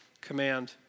command